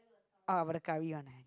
oh but the curry one